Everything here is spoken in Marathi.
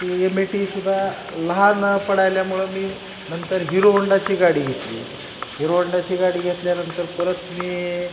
ती एम ए टी सुद्धा लहान पडायल्यामुळं मी नंतर हिरो होंडाची गाडी घेतली हिरो होंडाची गाडी घेतल्यानंतर परत मी